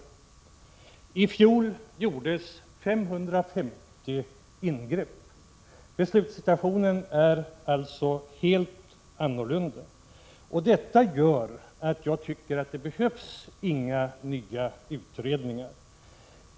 Men i fjol gjordes 550 ingrepp. Beslutssituationen är alltså helt annorlunda nu, och därför tycker jag att det inte behövs några nya utredningar.